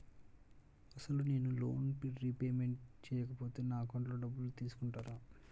అసలు నేనూ loan repayment చేయకపోతే నా అకౌంట్లో డబ్బులు తీసుకుంటారా?